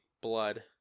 Blood